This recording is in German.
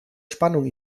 spannung